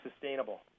sustainable